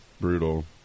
Brutal